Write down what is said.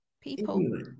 people